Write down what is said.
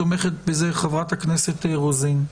ותומכת בזה חברת הכנסת רוזין,